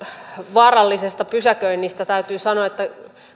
vaarallisesta pysäköinnistä täytyy sanoa että